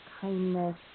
kindness